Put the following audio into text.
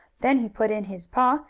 then he put in his paw,